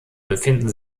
befinden